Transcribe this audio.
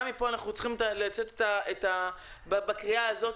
גם מפה אנחנו צריכים לצאת בקריאה הזאת,